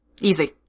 Easy